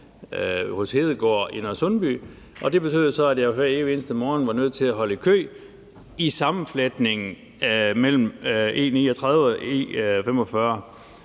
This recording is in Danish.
hos Hedegaard i Nørresundby, og det betød så, at jeg hver evig eneste morgen var nødt til at holde i kø i sammenfletningen mellem E39 og E45.